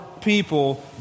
people